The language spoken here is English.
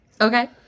okay